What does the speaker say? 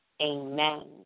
Amen